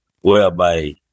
whereby